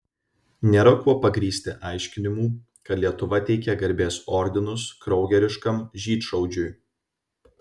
nėra kuo pagrįsti aiškinimų kad lietuva teikia garbės ordinus kraugeriškam žydšaudžiui